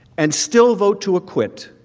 and still vote to acquit,